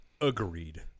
Agreed